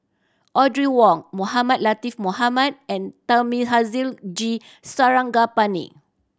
Audrey Wong Mohamed Latiff Mohamed and Thamizhavel G Sarangapani